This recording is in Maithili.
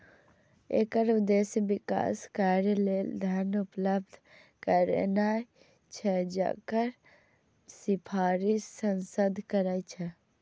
एकर उद्देश्य विकास कार्य लेल धन उपलब्ध करेनाय छै, जकर सिफारिश सांसद करै छै